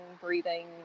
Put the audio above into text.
breathing